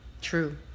True